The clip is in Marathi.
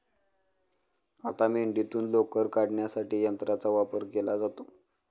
आता मेंढीतून लोकर काढण्यासाठी यंत्राचा वापर केला जातो